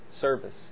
service